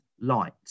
light